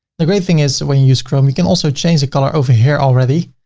the great thing is when you use chrome, you can also change the color over here already.